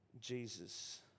Jesus